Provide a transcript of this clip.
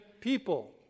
people